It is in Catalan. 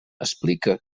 explica